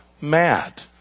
mad